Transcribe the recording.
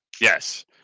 Yes